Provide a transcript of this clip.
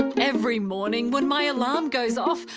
every morning, when my alarm goes off,